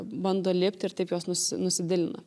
bando lipt ir taip juos nus nusidilina